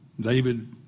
David